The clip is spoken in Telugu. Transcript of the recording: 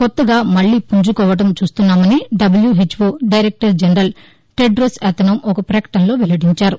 కొత్తగా మళ్ళీ పుంజుకోవడం చూస్తున్నామని WHO director general Tedros Adhanom ఒక ప్రకటనలో వెల్లడించారు